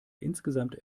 insgesamt